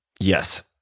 Yes